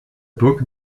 book